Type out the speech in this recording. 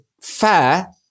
fair